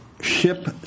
ship